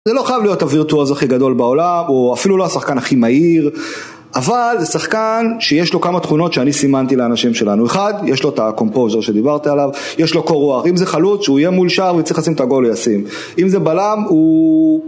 זה לא חייב להיות הווירטואוז הכי גדול בעולם, או אפילו לא השחקן הכי מהיר, אבל זה שחקן שיש לו כמה תכונות שאני סימנתי לאנשים שלנו. אחד, יש לו את הקומפוזר שדיברתי עליו, יש לו קור רוח. אם זה חלוץ, שהוא יהיה מול שער ויצטרך לשים את הגול הוא ישים, אם זה בלם, הוא...